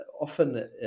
often